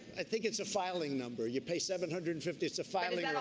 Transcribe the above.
i think it's a filing number. you pay seven hundred and fifty, it's a filing and